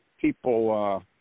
people